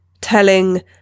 telling